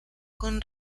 con